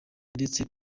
ndetse